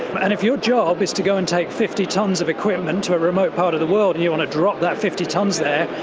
and if your job is to go and take fifty tonnes of equipment to a remote part of the world and you want to drop that fifty tonnes there,